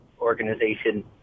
Organization